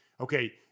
Okay